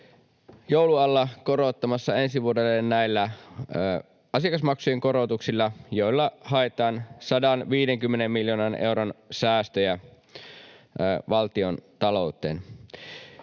joulun alla rokottamassa ensi vuodelle näillä asiakasmaksujen korotuksilla, [Mauri Peltokankaan välihuuto] joilla haetaan 150 miljoonan euron säästöjä valtiontalouteen.